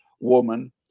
woman